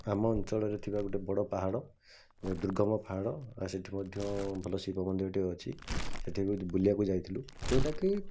ଆମ ଅଞ୍ଚଳରେ ଥିବା ଗୋଟେ ବଡ଼ ପାହାଡ଼ ଦୁର୍ଗମ ପାହାଡ଼ ଆଉ ସେଇଠି ମଧ୍ୟ ଭଲ ଶିବ ମନ୍ଦିରଟିଏ ଅଛି ସେଇଠିକି ବୁଲିବାକୁ ଯାଇଥିଲୁ ଯେଉଁଟାକି